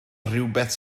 rhywbeth